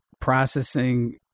processing